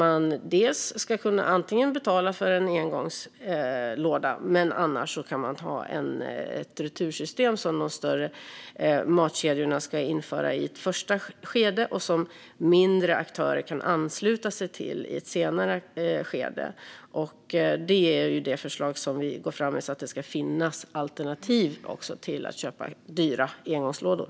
Man ska kunna betala för engångslådor, men det ska också finnas ett retursystem som de större matkedjorna ska införa i ett första skede och som mindre aktörer kan ansluta sig till i ett senare skede. Det är det förslag som vi går fram med så att det ska finnas alternativ till att köpa dyra engångslådor.